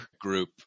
group